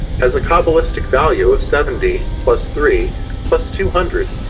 has a cabalistic value of seventy plus three plus two hundred,